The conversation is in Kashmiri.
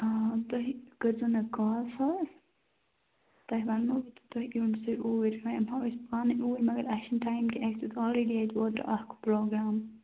آ تُہۍ کٔرۍ زیٚو مےٚ کال تۄہہِ ونو بہٕ تہٕ تُہۍ دِیو أمس اوٗرۍ ونۍ یمہو أسۍ پانے اوٗرۍ مگر اسہ چھ نہٕ ٹایم کینٛہہ اسہ دیُت آلریٚڑی اتہ اوترٕ اکھ پروگرام